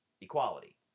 equality